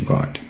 God